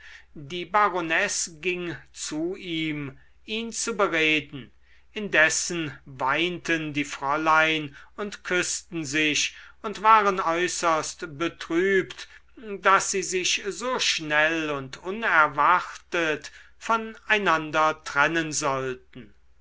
die baronesse ging zu ihm ihn zu bereden indessen weinten die fräulein und küßten sich und waren äußerst betrübt daß sie sich so schnell und unerwartet voneinander trennen sollten